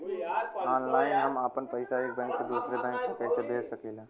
Online हम आपन पैसा एक बैंक से दूसरे बैंक में कईसे भेज सकीला?